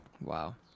Wow